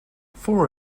four